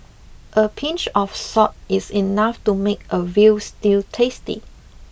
a pinch of salt is enough to make a veal stew tasty